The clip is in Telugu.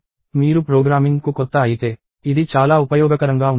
మీరు ప్రోగ్రామింగ్కు కొత్త అయితే ఇది చాలా ఉపయోగకరంగా ఉంటుంది